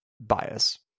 bias